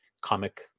comic